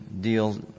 deal